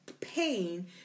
pain